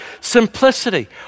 Simplicity